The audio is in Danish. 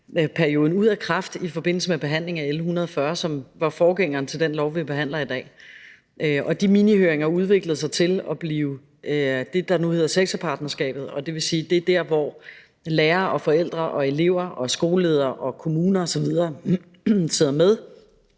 ud af kraft i forbindelse med behandlingen af L 140, som var forgængeren for det lovforslag, vi behandler i dag. De minihøringer udviklede sig til at blive det, der nu hedder sektorpartnerskabet, og det vil sige, at det er der, hvor lærere og forældre og elever og skoleledere og kommuner osv. sidder med.